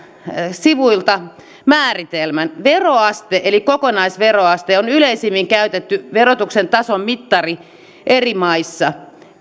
sivuilta määritelmän veroaste eli kokonaisveroaste on yleisimmin käytetty verotuksen tason mittari eri maissa